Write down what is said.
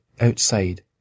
outside